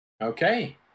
Okay